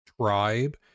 tribe